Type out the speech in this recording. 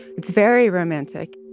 it's very romantic